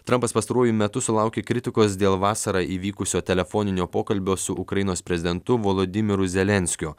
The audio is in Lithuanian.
trampas pastaruoju metu sulaukė kritikos dėl vasarą įvykusio telefoninio pokalbio su ukrainos prezidentu volodymyru zelenskiu